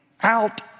out